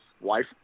wife